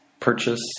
Purchase